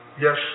Yes